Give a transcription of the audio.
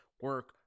Work